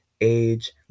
age